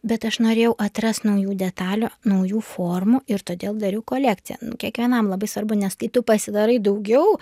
bet aš norėjau atrast naujų detalių naujų formų ir todėl dariau kolekciją kiekvienam labai svarbu nes kai tu pasidarai daugiau